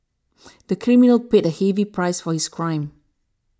the criminal paid a heavy price for his crime